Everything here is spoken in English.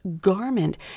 garment